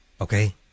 okay